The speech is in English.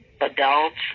adults